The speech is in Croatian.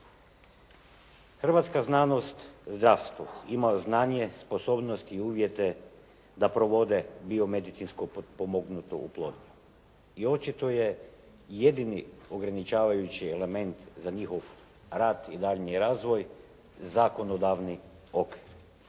Hrvatska znanost, zdravstvo ima znanje, sposobnost i uvjete da provode biomedicinsku potpomognutu oplodnju i očito je jedini ograničavajući element za njihov rad i daljnji razvoj zakonodavni okvir.